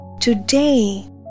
today